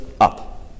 up